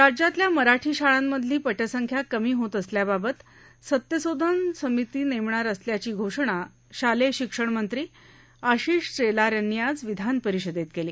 राज्यातल्या मराठी शाळामधली पटसंख्या कमी होत असल्याबाबत सत्यशोधन समिती नेमणार असल्याची घोषणा शालेय शिक्षण मंत्री आशिष शेलार यांनी आज विधानपरिषदेत केली